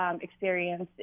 experience